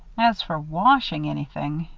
as for washing anything,